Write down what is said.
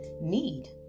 need